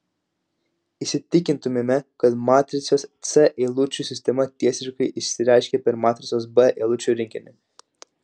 įsitikintumėme kad matricos c eilučių sistema tiesiškai išsireiškia per matricos b eilučių rinkinį